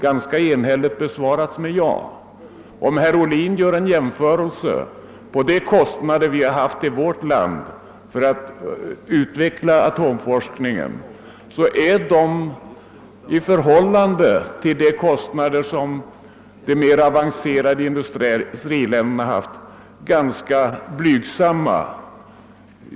ganska enhälligt besvarats med ja. Om herr Ohlin gör en jämförelse mellan de kostnader som vi haft i vårt land för att utveckla atomforskningen och de kostnader som de mera avancerade industriländerna har haft är våra ganska blygsamma.